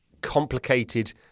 complicated